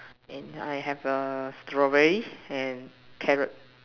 and I have a strawberry and carrot